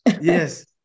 Yes